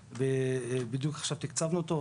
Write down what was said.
בדיוק עכשיו תקצבנו אותו.